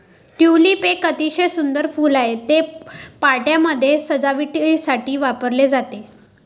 tulip एक अतिशय सुंदर फूल आहे, ते पार्ट्यांमध्ये सजावटीसाठी वापरले जाते